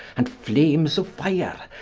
and flames a fire,